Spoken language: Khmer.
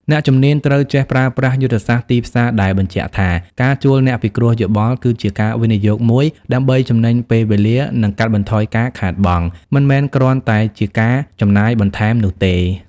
អ្នកជំនាញត្រូវចេះប្រើប្រាស់យុទ្ធសាស្ត្រទីផ្សារដែលបញ្ជាក់ថា ការជួលអ្នកពិគ្រោះយោបល់គឺជាការវិនិយោគមួយដើម្បីចំណេញពេលវេលា និងកាត់បន្ថយការខាតបង់ មិនមែនគ្រាន់តែជាការចំណាយបន្ថែមនោះទេ។